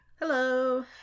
Hello